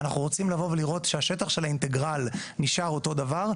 אנחנו רוצים לבוא ולראות שהשטח של האינטגרל נשאר אותו דבר,